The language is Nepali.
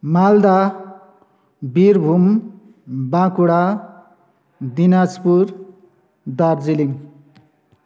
मालदा बिरभुम बाँकुरा दिनाजपुर दार्जिलिङ